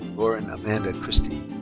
lauren amanda christie.